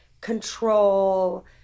control